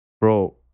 Bro